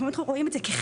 אחנו רואים את זה כחסר,